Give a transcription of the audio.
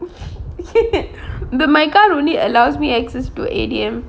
but my car only allows me access to A_D_M